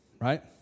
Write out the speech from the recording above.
right